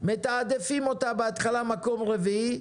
מתעדפים אותה בהתחלה מקום רביעי,